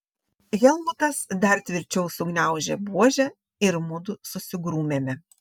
helmutas dar tvirčiau sugniaužė buožę ir mudu susigrūmėme